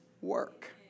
work